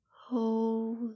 Hold